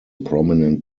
prominent